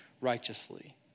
righteously